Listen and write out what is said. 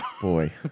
boy